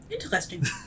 Interesting